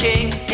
King